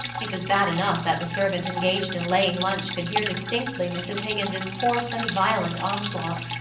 it was bad enough that the servant engaged in laying lunch could hear distinctly mrs. higgins's coarse and violent onslaught.